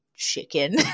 Chicken